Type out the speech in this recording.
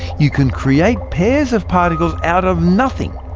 you can create pairs of particles out of nothing,